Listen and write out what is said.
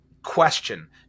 question